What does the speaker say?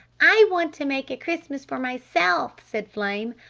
i want to make a christmas for myself! said flame.